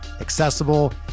accessible